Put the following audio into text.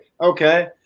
okay